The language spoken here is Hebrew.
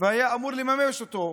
והוא היה אמור לממש אותו,